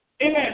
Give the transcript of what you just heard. Amen